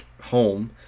home